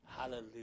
Hallelujah